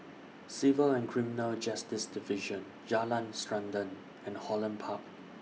Civil and Criminal Justice Division Jalan Srantan and Holland Park